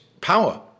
power